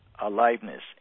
aliveness